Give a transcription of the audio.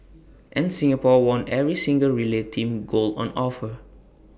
and Singapore won every single relay team gold on offer